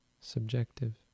subjective